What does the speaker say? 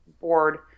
board